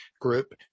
Group